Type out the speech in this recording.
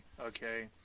okay